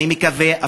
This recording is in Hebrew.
אני מקווה,